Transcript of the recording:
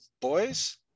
Boys